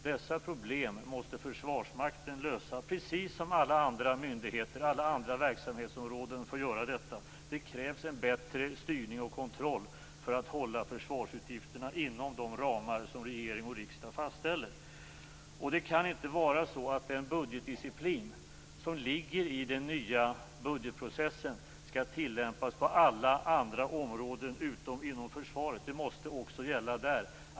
Dessa problem måste Försvarsmakten lösa precis som alla andra myndigheter och verksamhetsområden får göra. Det krävs en bättre styrning och kontroll för att hålla försvarsutgifterna inom de ramar som regering och riksdag fastställer. Det kan inte vara så att den budgetdisciplin som ligger i den nya budgetprocessen skall tillämpas på alla andra områden utom inom försvaret. Den måste gälla också där.